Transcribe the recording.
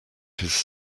his